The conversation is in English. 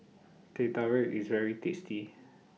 Teh Tarik IS very tasty